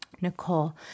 Nicole